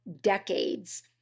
decades